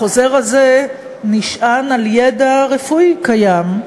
החוזר הזה נשען על ידע רפואי קיים,